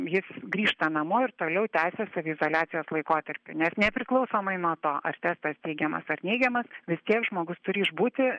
jis grįžta namo ir toliau tęsia saviizoliacijos laikotarpį nes nepriklausomai nuo ar testas teigiamas ar neigiamas vis tiek žmogus turi išbūti